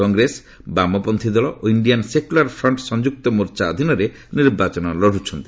କଂଗ୍ରେସ ବାମପନ୍ତ୍ରୀ ଦଳ ଓ ଇଣ୍ଡିଆନ୍ ସେକ୍ରଲାର୍ ଫ୍ରଣ୍ଣ୍ ସଂଯ୍ରକ୍ତ ମୋର୍ଚ୍ଚା ଅଧୀନରେ ନିର୍ବାଚନ ଲଢ୍ରଛନ୍ତି